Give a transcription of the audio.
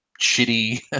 shitty